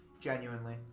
Genuinely